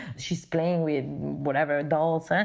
she's playing with whatever dolls. ah